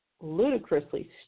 ludicrously